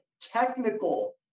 technical